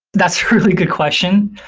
that's a really good question.